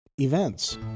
events